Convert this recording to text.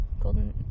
Golden